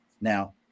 Now